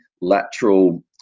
lateral